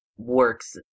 works